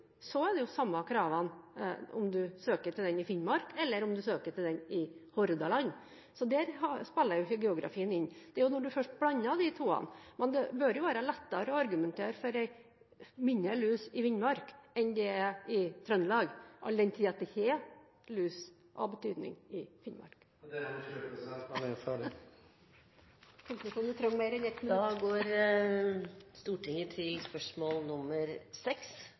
er det de samme kravene om du søker til den i Finnmark, eller om du søker til den i Hordaland. Så der spiller ikke geografien inn. Det er først når du blander de to. Det bør jo være lettere å argumentere for mindre lus i Finnmark enn i Trøndelag, all den tid det ikke er lus av betydning i Finnmark. Det er det man ikke gjør, men jeg er ferdig. Konklusjonen er at vi trenger mer enn 1 minutt. «I en kronikk i Dagens Næringsliv 4. mars 2013 skriver statsråden: «Å skaffe mer midler til